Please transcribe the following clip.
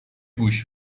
گوش